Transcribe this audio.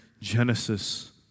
Genesis